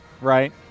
right